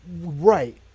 Right